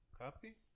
copy